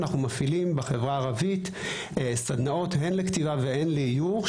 אנחנו מפעילים בחברה הערבית סדנאות הן לכתיבה והן לאיור,